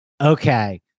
okay